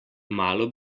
malo